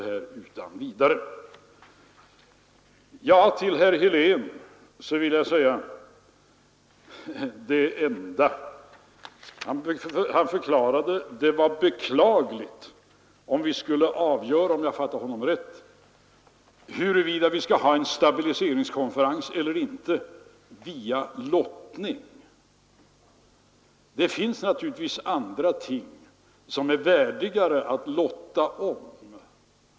Herr Helén förklarade, om jag fattade honom rätt, att det var beklagligt om vi via lottning skulle avgöra huruvida vi skall ha en stabiliseringskonferens eller inte. Det finns naturligtvis andra ting som är värdigare att lotta om.